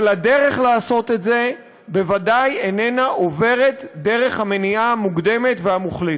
אבל הדרך לעשות את זה בוודאי איננה עוברת דרך המניעה המוקדמת והמוחלטת.